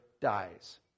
dies